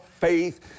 faith